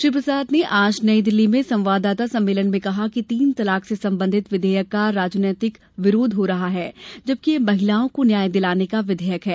श्री प्रसाद ने आज नई दिल्ली में संवाददाता सम्मेलन में कहा कि तीन तलाक से संबंधित विधेयक का राजनीतिक विरोध हो रहा है जबकि यह महिलाओं को न्याय दिलाने का विधेयक है